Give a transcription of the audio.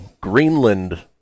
Greenland